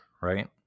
right